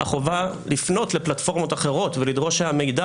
החובה לפנות לפלטפורמות אחרות ולדרוש שהמידע